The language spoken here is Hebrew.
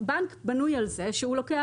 בנק בנוי על זה שהוא לוקח